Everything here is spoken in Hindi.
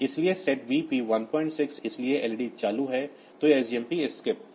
इसलिए SETB P16 इसलिए एलईडी चालू है तो यह सजमप स्किप है